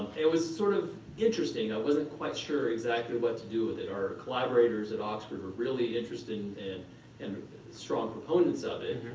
it was sort of interesting. i wasn't quite sure exactly what to do with it. collaborators at oxford were really interested in and and strong proponents of it.